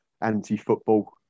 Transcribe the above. Anti-football